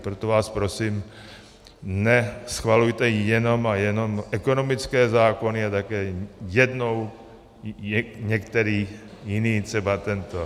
Proto vás prosím, neschvalujte jenom a jenom ekonomické zákony, ale také jednou některý jiný, třeba tento.